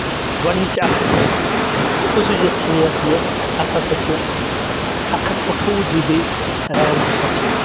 گۄڈٕنِچ اکھ خصوٗصِیات چھِ یَتھ یہِ کہِ اَتھ ہسا چھِ اکھ ہَتھ اَٹھووُہ جی بی ریم ہسا چھِ یَتھ